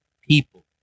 people